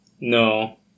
No